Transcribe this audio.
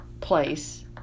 place